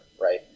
right